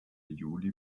juli